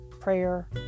prayer